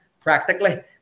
practically